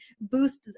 boost